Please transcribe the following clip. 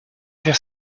faire